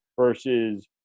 versus